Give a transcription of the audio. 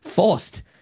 forced